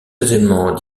aisément